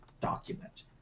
document